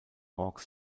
hawks